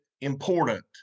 important